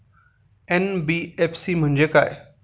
NBFC म्हणजे काय?